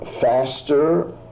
faster